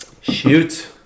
Shoot